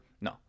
No